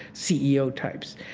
c e o. types.